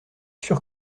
sûr